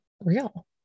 real